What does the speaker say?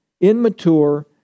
Immature